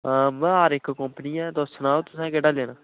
हां हर इक कोम्पनी ऐ तुस सनाओ तुसें केह्ड़ा लैना